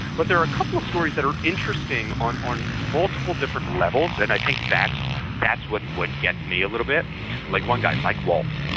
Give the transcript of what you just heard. but there are couple of stories that are interesting on on multiple different levels and i think that's that's what gets gets me a little bit like one guy mike waltz,